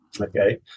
Okay